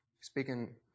speaking